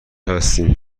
هستیم